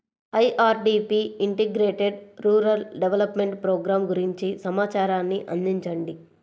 IRDP integrated rural development programme గురించి సమాచారాన్ని అందించండి?